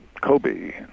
Kobe